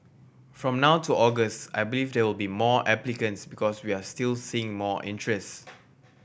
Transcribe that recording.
from now to August I believe there will be more applicants because we are still seeing more interest